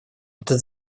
этот